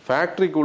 Factory